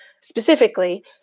Specifically